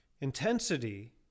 intensity